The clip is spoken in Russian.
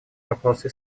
вопросы